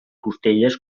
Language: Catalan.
costelles